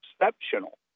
exceptional